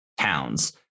Towns